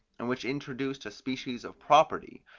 and which introduced a species of property,